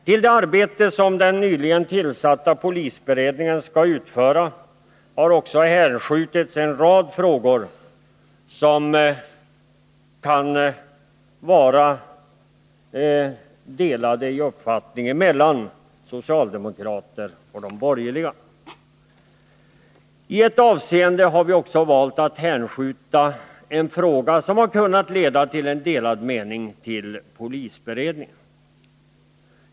Till den nyligen tillsatta polisberedningen har också hänskjutits en rad frågor där uppfattningarna kan vara delade mellan socialdemokrater och borgerliga. I ett avseende har vi också valt att till polisberedningen hänskjuta en fråga som kunnat leda till delade meningar.